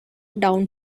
down